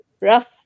rough